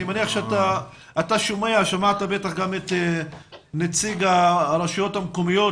אני מניח שאתה שמעת את נציג הרשויות המקומיות,